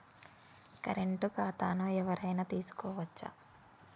Current ఖాతాను ఎవలైనా తీసుకోవచ్చా?